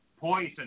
poison